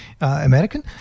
American